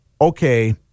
Okay